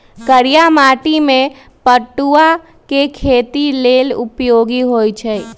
करिया माटि में पटूआ के खेती लेल उपयोगी होइ छइ